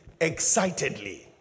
excitedly